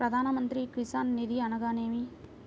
ప్రధాన మంత్రి కిసాన్ నిధి అనగా నేమి?